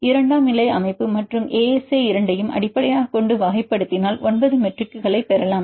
இரண்டாம் நிலை அமைப்பு மற்றும் ASA இரண்டையும் அடிப்படையாகக் கொண்டு வகைப்படுத்தினால் 9 மெட்ரிக்குகளைப் பெறலாம்